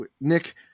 Nick